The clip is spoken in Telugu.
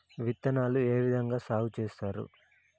విత్తనాలు ఏ విధంగా సాగు చేస్తారు?